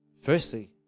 firstly